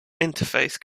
interface